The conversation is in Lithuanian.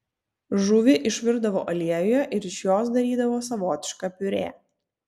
žuvį išvirdavo aliejuje ir iš jos darydavo savotišką piurė